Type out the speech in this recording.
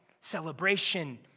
celebration